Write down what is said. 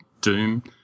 Doom